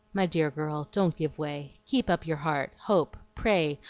my dear girl, don't give way. keep up your heart, hope, pray,